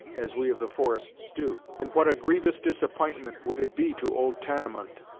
as we of the forests do, and what a grievous disapp'intment would it be to old tamenund,